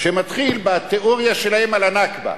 שמתחיל בתיאוריה שלהם על הנכבה.